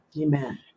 Amen